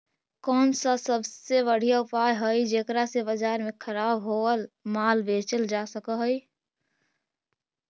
कौन सा सबसे बढ़िया उपाय हई जेकरा से बाजार में खराब होअल माल बेचल जा सक हई?